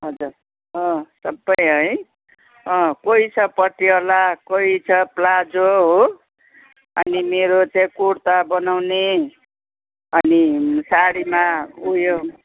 हजुर सबै है कोही छ पट्टीवाला कोही छ प्लाजो हो अनि मेरो चाहिँ कुर्ता बनाउने अनि साडीमा उयो